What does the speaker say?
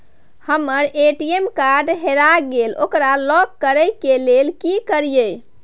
हमर ATM card हेरा गेल ओकरा लॉक करै के लेल की करियै?